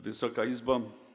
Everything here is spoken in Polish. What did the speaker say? Wysoka Izbo!